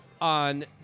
On